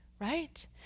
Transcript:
right